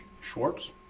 Schwartz